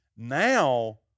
Now